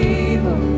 evil